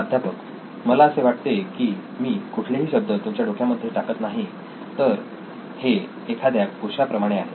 प्राध्यापक मला असे वाटते की मी कुठलेही शब्द तुमच्या डोक्या मध्ये टाकत नाही तर हे एखाद्या कोशा प्रमाणे आहे